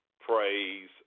praise